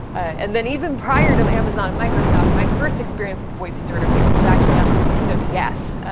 and then, even prior to amazon and microsoft, my first experience with voice user interfaces was actually on the nintendo ds,